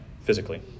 physically